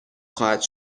خواهد